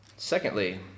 Secondly